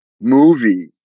movie